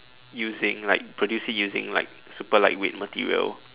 using like produce it using like super lightweight material